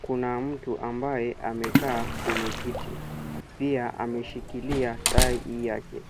Kuna mtu ambaye amekaa kwenye kiti. Pia ameshikilia tai yake